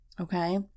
Okay